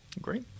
Great